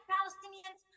Palestinians